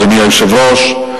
אדוני היושב-ראש,